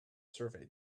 survey